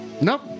Nope